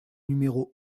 numéro